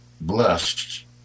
blessed